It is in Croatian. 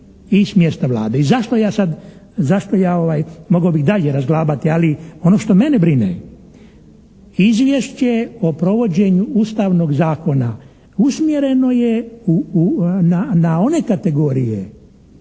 Izvješće o provođenju ustavnog zakona usmjereno je na one kategorije,